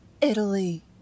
Italy